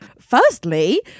Firstly